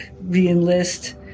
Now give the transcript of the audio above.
re-enlist